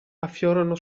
affiorano